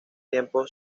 tiempo